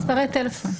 מספרי טלפון.